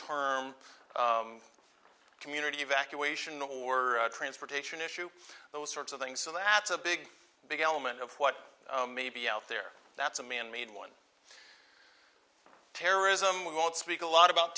term community evacuation or transportation issue those sorts of things so that's a big big element of what may be out there that's a manmade one terrorism won't speak a lot about